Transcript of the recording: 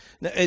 Now